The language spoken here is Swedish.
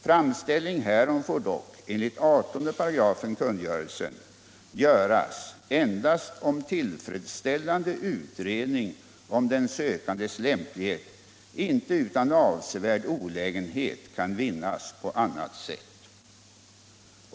Framställning härom får dock enligt 18 § kungörelsen göras endast om tillfredsställande utredning om den sökandes lämplighet inte utan avsevärd olägenhet kan vinnas på annat sätt.